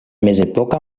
mezepoka